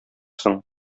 соң